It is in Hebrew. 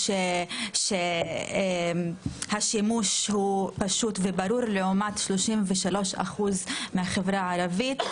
סבורים שהשימוש הוא פשוט וברור לעומת 33% מהחברה הערבית.